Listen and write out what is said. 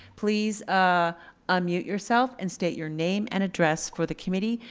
please ah unmute yourself and state your name and address for the committee.